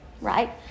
right